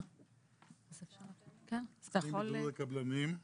אני מהתאחדות הקבלנים.